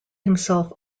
himself